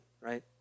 right